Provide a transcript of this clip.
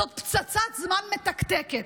זאת פצצת זמן מתקתקת.